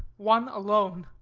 one alone